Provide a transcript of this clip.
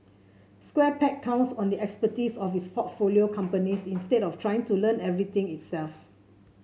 Square Peg counts on the expertise of its portfolio companies instead of trying to learn everything itself